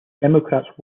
democrats